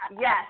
Yes